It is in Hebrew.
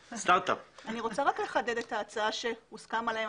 אני רוצה לחדד את ההצעה שהוסכם עליה עם